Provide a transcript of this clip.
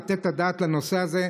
לתת את הדעת לנושא הזה,